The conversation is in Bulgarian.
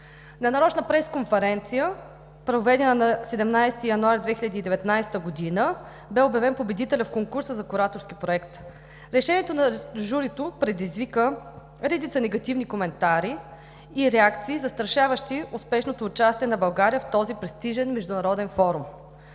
На нарочна пресконференция, проведена на 17 януари 2019 г., бе обявен победителят в конкурса за кураторски проект. Решението на журито предизвика редица негативни коментари и реакции, застрашаващи успешното участие на България в този престижен международен форум.